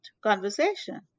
conversation